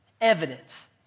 evidence